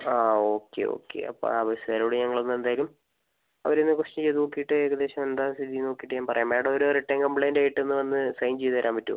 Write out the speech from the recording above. ആ okay okay അപ്പോൾ ആ ബസ്സുകാരോട് ഞങ്ങൾ ഒന്ന് എന്തായാലും അവരെ ഒന്ന് ക്വസ്റ്റൈൻ ചെയ്തുനോക്കിയിട്ട് ഏകദേശം എന്താണ് സ്ഥിതി എന്ന് നോക്കിയിട്ട് ഞാൻ പറയാം മാഡം ഒരു റിട്ടൺ കംപ്ലൈന്റ് ആയിട്ട് വന്ന് ഒന്ന് സൈൻ ചെയ്തുതരാൻ പറ്റുവോ